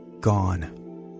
gone